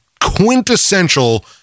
quintessential